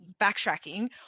backtracking